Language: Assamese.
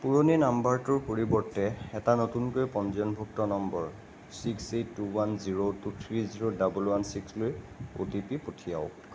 পুৰণি নম্বৰটোৰ পৰিৱৰ্তে এটা নতুনকৈ পঞ্জীয়নভুক্ত নম্বৰ six eight two one zero two three zero double one six লৈ অ'টিপি পঠিয়াওঁক